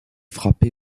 frappé